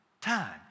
time